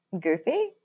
goofy